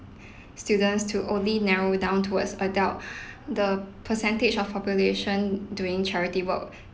students to only narrow down towards adult the percentage of population doing charity work